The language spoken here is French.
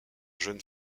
jeune